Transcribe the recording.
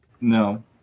No